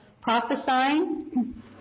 prophesying